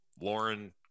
Lauren